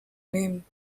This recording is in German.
nehmen